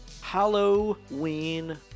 Halloween